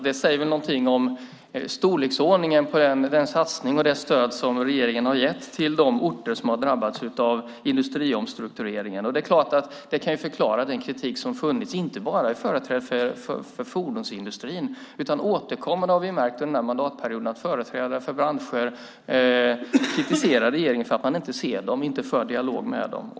Det säger väl en del om storleken på den satsning och det stöd som regeringen har gett till de orter som har drabbats av industriomstruktureringen. Det kan förklara kritiken inte bara från företrädare för fordonsindustrin. Vi har återkommande under mandatperioden märkt att företrädare för olika branscher kritiserar regeringen för att man inte ser dem och för en dialog med dem.